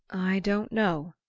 i don't know,